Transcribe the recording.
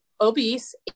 obese